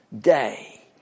day